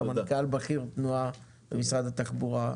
סמנכ"ל בכיר תנועה במשרד התחבורה,